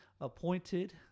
appointed